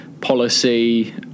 policy